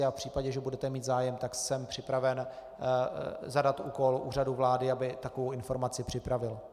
V případě, že budete mít zájem, jsem připraven zadat úkol Úřadu vlády, aby takovou informaci připravil.